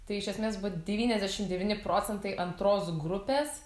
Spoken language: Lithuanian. tai iš esmės buvo devyniasdešim devyni procentai antros grupės